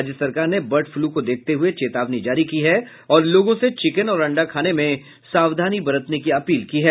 राज्य सरकार ने बर्ड फ्लू को देखते हुए चेतावनी जारी की है और लोगों से चिकेन और अंडा खाने में सावधानी बरतने की अपील की है